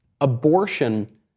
abortion